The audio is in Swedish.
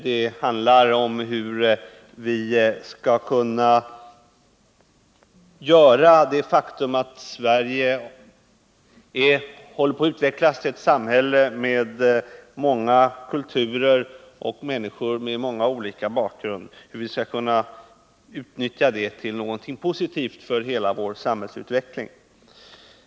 Det handlar om hur det faktum att Sverige håller på att utvecklas till ett samhälle med många kulturer — med människor som har många olika slags bakgrund — skall kunna utnyttjas till någonting positivt för hela vårt land.